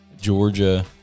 Georgia